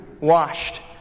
washed